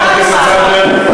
חברת הכנסת זנדברג.